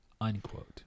Unquote